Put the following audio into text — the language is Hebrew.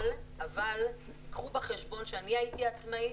-- אבל קחו בחשבון שאני הייתי עצמאית,